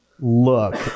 Look